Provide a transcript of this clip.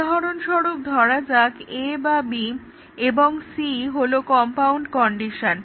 উদাহরণস্বরূপ ধরা যাক a বা b এবং c হলো কম্পাউন্ড কন্ডিশন